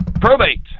probate